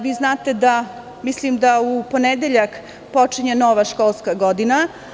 Vi znate da, mislim da u ponedeljak, počinje nova školska godina.